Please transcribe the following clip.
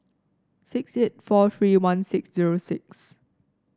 six eight four three one six zero six